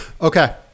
Okay